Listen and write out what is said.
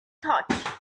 thought